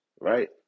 right